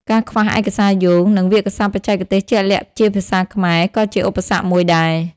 ការខ្វះឯកសារយោង និងវាក្យសព្ទបច្ចេកទេសជាក់លាក់ជាភាសាខ្មែរ ក៏ជាឧបសគ្គមួយដែរ។